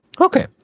Okay